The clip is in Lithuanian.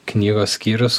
knygos skyrius